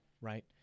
right